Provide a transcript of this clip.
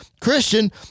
Christian